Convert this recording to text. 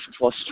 plus